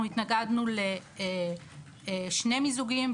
אנחנו התנגדנו לשני מיזוגים.